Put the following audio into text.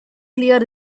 clear